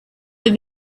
have